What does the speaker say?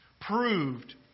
proved